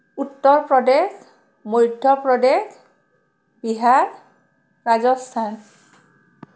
Uttar Pradesh Madhya Pradesh Bihar Rajasthan